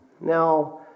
Now